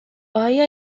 آیا